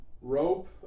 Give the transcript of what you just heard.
rope